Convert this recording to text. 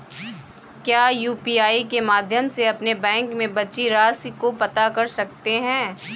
क्या यू.पी.आई के माध्यम से अपने बैंक में बची राशि को पता कर सकते हैं?